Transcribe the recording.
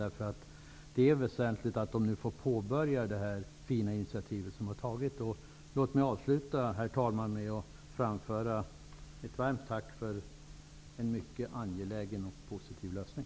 Det är väsentligt att det fina initiativ som har tagits följs upp. Herr talman! Låt mig avsluta med att framföra ett varmt tack för en mycket angelägen och positiv lösning.